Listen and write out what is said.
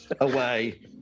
away